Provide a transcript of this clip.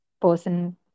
person